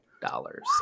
dollars